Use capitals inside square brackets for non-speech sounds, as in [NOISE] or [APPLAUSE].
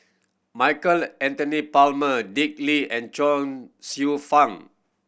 Michael Anthony Palmer Dick Lee and Chuang [UNINTELLIGIBLE] Fang